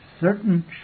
certain